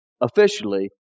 officially